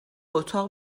اتاق